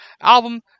album